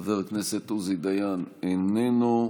חבר הכנסת עוזי דיין, איננו.